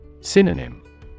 Synonym